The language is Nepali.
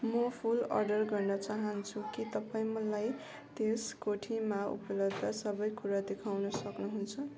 म फुल अर्डर गर्न चाहन्छु के तपाईँ मलाई त्यस कोटीमा उपलब्ध सबै कुरा देखाउन सक्नुहुन्छ